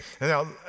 Now